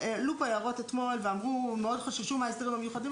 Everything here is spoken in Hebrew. הועלו פה הערות אתמול ואמרו שהם מאוד חששו מההסדרים המיוחדים,